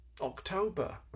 October